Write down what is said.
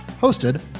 Hosted